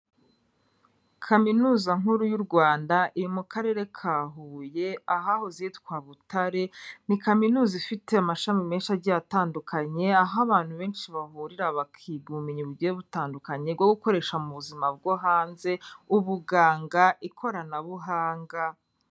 Kaminuza nkuru y'u Rwanda iri mu karere ka Huye ahahoze hitwa Butare, ni kaminuza ifite amashami menshi agiye atandukanye aho abantu benshi bahurira bakiga ubumenyi bugiye butandukanye bwo gukoresha mu buzima bwo hanze, ubuganga, ikoranabuhanga...